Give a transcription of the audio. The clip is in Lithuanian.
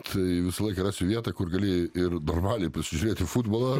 tai visąlaik rasiu vietą kur gali ir normaliai pasižiūrėti futbolą